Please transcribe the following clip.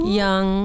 young